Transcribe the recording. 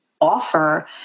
offer